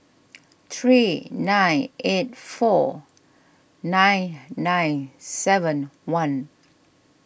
three nine eight four nine nine seven one